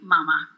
Mama